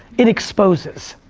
it exposes.